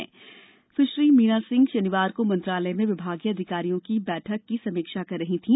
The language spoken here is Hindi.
मंत्री सुश्री मीना सिंह शनिवार को मंत्रालय में विभागीय अधिकारियों की बैठक में समीक्षा कर रही थी